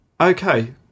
Okay